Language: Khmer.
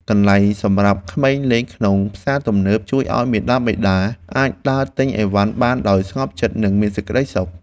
កន្លែងសម្រាប់ក្មេងលេងក្នុងផ្សារទំនើបជួយឱ្យមាតាបិតាអាចដើរទិញអីវ៉ាន់បានដោយស្ងប់ចិត្តនិងមានក្តីសុខ។